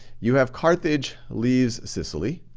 you have carthage leaves sicily.